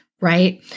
right